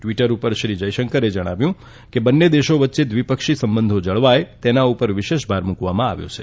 Twitter પર શ્રી જયશંકરે જણાવ્યું કે બંને દેશો વચ્ચે દ્વિપક્ષી સંબંધો જળવાય તેની પર વિશેષ ભાર મુકવામાં આવ્યો છે